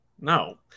No